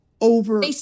over